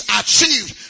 achieved